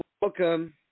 welcome